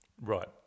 Right